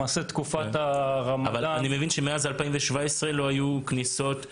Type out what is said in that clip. למעשה תקופת הרמדאן --- אני מבין שמאז 2017 לא היו כניסות למסגדים.